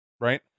Right